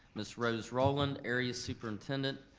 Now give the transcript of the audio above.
miss rose roland area superintendent,